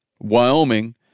Wyoming